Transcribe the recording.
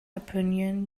opinion